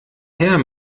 her